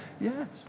yes